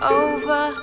over